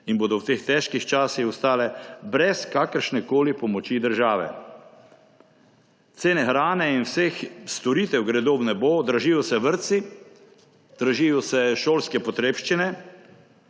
in bodo v teh težkih časih ostale brez kakršnekoli pomoči države. Cene hrane in vseh storitev gredo v nebo, dražijo se vrtci, dražijo se šolske potrebščine,